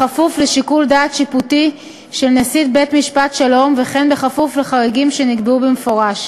כפוף לשיקול דעת שיפוטי של נשיא בית-משפט שלום ולחריגים שנקבעו במפורש.